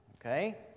okay